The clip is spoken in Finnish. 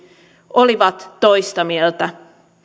olivat toista mieltä